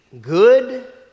good